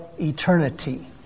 eternity